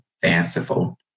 fanciful